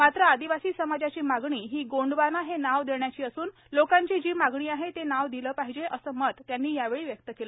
मात्र आदिवासी समाजाची मागणी ही गोंडवाना हे नाव देण्याची असून लोकांची जीमागणी आहे ते नाव दिले पाहिजे असे मत त्यांनी यावेळी व्यक्त केले